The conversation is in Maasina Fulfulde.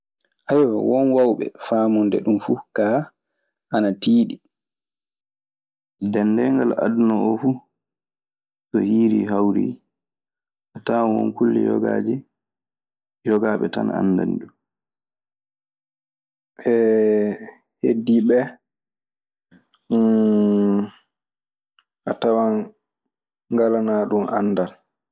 Won woowɓe faamude ɗun fuu, kaa ana tiiɗi. Dendeengal aduna oo fu so hiirii, hawrii. A tawan won kulle yogaaje, yogaaɓe tan anndani ɗun. Heddiiɓe ɓee a tawan ngalanaa ɗun anndal.